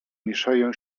mieszają